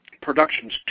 productions